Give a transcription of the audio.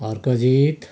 Harkajit